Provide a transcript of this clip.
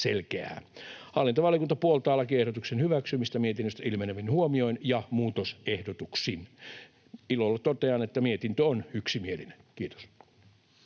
Hallintovaliokunta puoltaa lakiehdotuksen hyväksymistä mietinnöstä ilmenevin huomioin ja muutosehdotuksin. Ilolla totean, että mietintö on yksimielinen. — Kiitos.